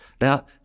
Now